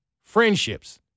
friendships